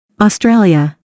Australia